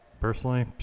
Personally